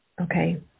Okay